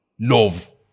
Love